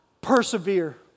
Persevere